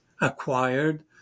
acquired